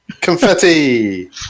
Confetti